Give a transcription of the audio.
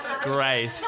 Great